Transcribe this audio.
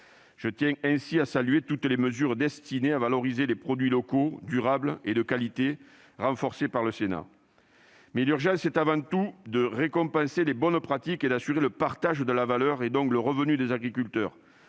Je tiens ainsi à saluer toutes les mesures destinées à valoriser les produits locaux, durables et de qualité, renforcées par le Sénat. Mais l'urgence est avant tout de récompenser les bonnes pratiques et d'assurer le partage de la valeur, c'est-à-dire un revenu correct pour